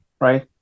right